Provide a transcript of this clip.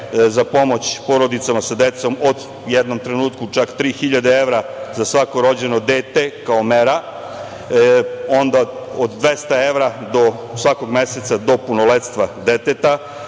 za pomoć porodicama sa decom, u jednom trenutku čak 3.000 evra za svako rođeno dete, kao mera, onda od 200 mera svakog meseca do punoletstva deteta.